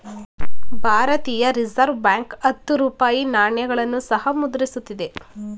ಭಾರತೀಯ reserve bank ಹತ್ತು ರೂಪಾಯಿ ನಾಣ್ಯಗಳನ್ನು ಸಹ ಮುದ್ರಿಸುತ್ತಿದೆ